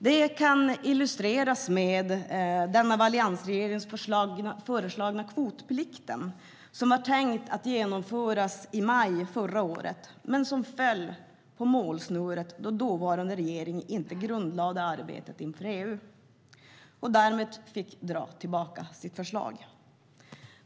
Det kan illustreras med den av alliansregeringen föreslagna kvotplikten, som var tänkt att genomföras i maj förra året men som föll på målsnöret eftersom den dåvarande regeringen inte grundlade arbetet inför EU och därmed fick dra tillbaka sitt förslag.